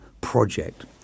project